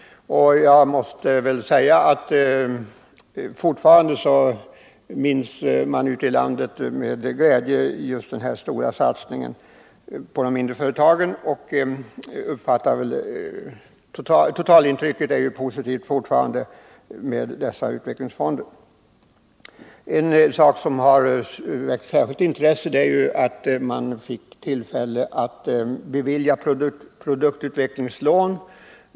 Fortfarande minns man ute i landet med glädje denna stora satsning på de mindre företagen. Totalintrycket är ju fortfarande positivt när det gäller dessa utvecklingsfonder. Något som har väckt särskilt intresse är att man fått tillfälle att bevilja produktutvecklingslån.